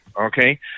okay